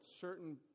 certain